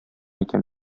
икән